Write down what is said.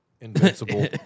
Invincible